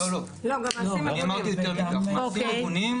לא, אני אמרתי גם מעשים מגונים.